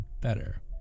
better